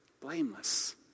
Blameless